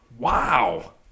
Wow